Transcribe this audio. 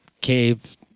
cave